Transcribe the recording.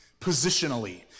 Positionally